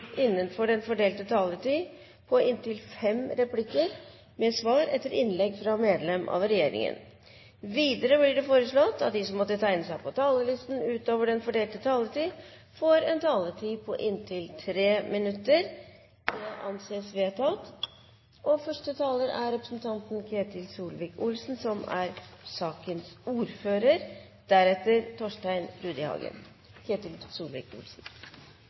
innenfor den fordelte taletid på inntil fem replikker med svar etter innlegg fra medlem av regjeringen. Videre blir det foreslått at de som måtte tegne seg på talerlisten utover den fordelte taletiden, får en taletid på inntil 3 minutter. – Det anses vedtatt. Representanten André Oktay Dahl får ordet på vegne av sakens ordfører,